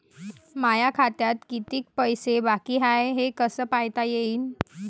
माया खात्यात कितीक पैसे बाकी हाय हे कस पायता येईन?